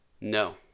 no